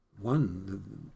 one